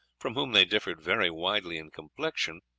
from whom they differed very widely in complexion,